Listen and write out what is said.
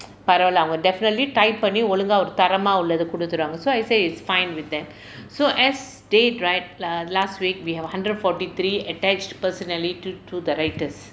பரவாயில்லை அவங்க:paravaayillai avanga definitely type பண்ணி ஒழுங்கா தரமா உள்ளதை கொடுத்திருவாங்க:panni olungaa tharamaa ullathai koduthiruvaanga so I say it's fine with them so as they tried err last week we have a hundred forty three attached personally to directors